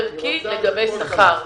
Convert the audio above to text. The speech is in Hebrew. יפה,